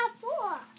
four